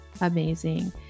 amazing